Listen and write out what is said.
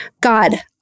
God